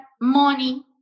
money